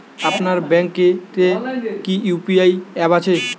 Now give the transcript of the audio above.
আপনার ব্যাঙ্ক এ তে কি ইউ.পি.আই অ্যাপ আছে?